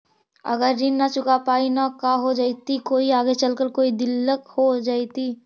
अगर ऋण न चुका पाई न का हो जयती, कोई आगे चलकर कोई दिलत हो जयती?